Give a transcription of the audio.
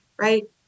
right